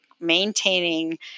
maintaining